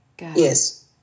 Yes